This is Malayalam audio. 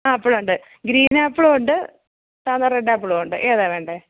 ആ ആപ്പിളുണ്ട് ഗ്രീൻ ആപ്പിളുണ്ട് സാധാ റെഡ് ആപ്പിളുണ്ട് ഏതാണ് വേണ്ടത്